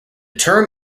term